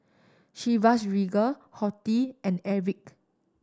Chivas Regal Horti and Airwick